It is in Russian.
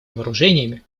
вооружениями